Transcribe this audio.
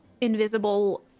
invisible